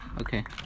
Okay